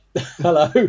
hello